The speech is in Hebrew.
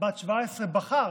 בת 17 בחרת